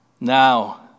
Now